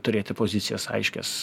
turėti pozicijas aiškias